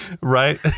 Right